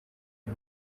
ngo